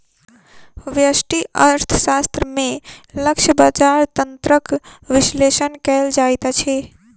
व्यष्टि अर्थशास्त्र में लक्ष्य बजार तंत्रक विश्लेषण कयल जाइत अछि